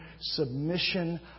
submission